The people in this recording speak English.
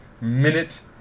minute